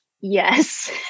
yes